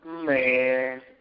Man